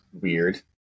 weird